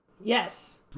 Yes